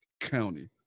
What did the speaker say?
County